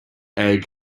egg